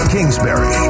Kingsbury